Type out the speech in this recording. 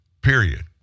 period